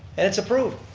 and it's approved.